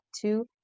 two